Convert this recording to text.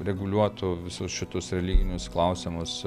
reguliuotų visus šitus religinius klausimus